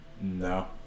No